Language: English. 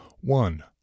One